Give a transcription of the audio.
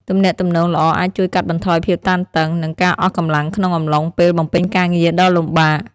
ទំនាក់ទំនងល្អអាចជួយកាត់បន្ថយភាពតានតឹង និងការអស់កម្លាំងក្នុងអំឡុងពេលបំពេញការងារដ៏លំបាក។